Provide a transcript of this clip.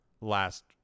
last